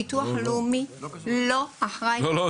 הביטוח הלאומי לא אחראי --- לא, לא.